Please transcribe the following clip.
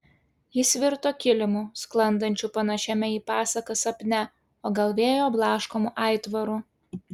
jis virto kilimu sklandančiu panašiame į pasaką sapne o gal vėjo blaškomu aitvaru